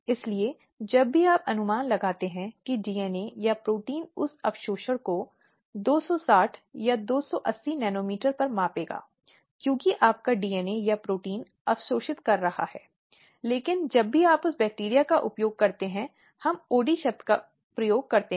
इसलिए जब अदालत इस तथ्य को पहचानती है कि बलात्कार का अपराध वह है जो एक महिला की संपूर्ण पवित्रता के खिलाफ जाता है तो उसकी प्रतिष्ठा पर एक दाग छोड़ देता है और अनुच्छेद 21 के तहत पीड़ित के जीवन के अधिकार का उल्लंघन करता है